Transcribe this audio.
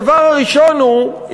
הדבר הראשון הוא,